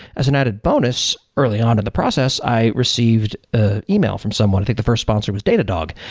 as an added bonus early on in the process, i received ah email from someone. i think the first sponsor was datadog,